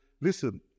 Listen